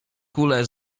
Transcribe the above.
kule